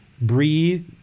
breathe